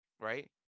right